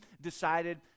decided